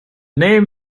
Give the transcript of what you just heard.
name